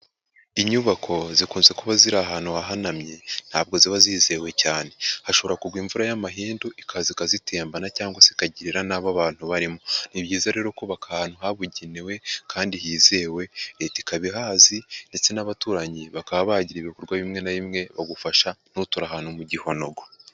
Inyubako zikunze kuba ziri ahantu hahanamye ntabwo ziba zizewe cyane. Hashobora kugwa imvura y'amahindu, ikaza ikazitembana cyangwa se ikagirira nabi abantu barimo. Ni byiza rero kubaka ahantu habugenewe kandi hizewe, Leta ikaba ihazi ndetse n'abaturanyi bakaba bagira ibikorwa bimwe na bimwe bagufasha, ntuture ahantu mu gihonogo.